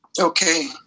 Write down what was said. Okay